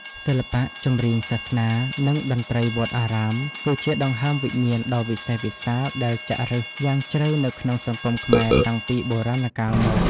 សិល្បៈចម្រៀងសាសនា និងតន្ត្រីវត្តអារាម គឺជាដង្ហើមវិញ្ញាណដ៏វិសេសវិសាលដែលចាក់ឫសយ៉ាងជ្រៅនៅក្នុងសង្គមខ្មែរតាំងពីបុរាណកាលមក។